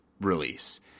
release